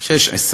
שש-עשרה,